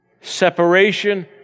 Separation